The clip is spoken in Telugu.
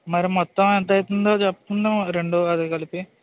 మరి మొత్తం ఎంత అవుతుందో చెప్పండి రెండు అది కలిపి